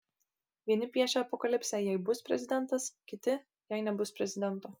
vieni piešia apokalipsę jei bus prezidentas kiti jei nebus prezidento